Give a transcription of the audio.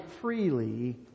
freely